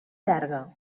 llarga